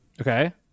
Okay